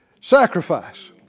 sacrifice